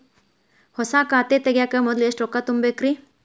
ಹೊಸಾ ಖಾತೆ ತಗ್ಯಾಕ ಮೊದ್ಲ ಎಷ್ಟ ರೊಕ್ಕಾ ತುಂಬೇಕ್ರಿ?